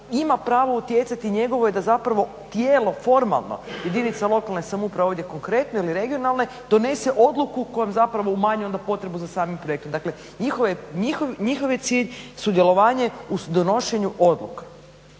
ima pravo utjecati i njegovo je da tijelo formalno jedinice lokalne samouprave ovdje konkretno ili regionalne donese odluku kojom umanjuje potrebu za samim projektom. Dakle njihov je cilj sudjelovanje u donošenju odluka.